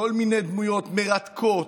כל מיני דמויות מרתקות,